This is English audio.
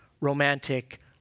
romantic